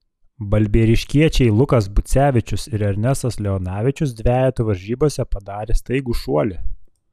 balbieriškiečiai lukas bucevičius ir ernestas leonavičius dvejetų varžybose padarė staigų šuolį